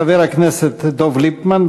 חבר הכנסת דב ליפמן,